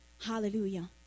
Hallelujah